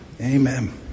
Amen